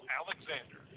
alexander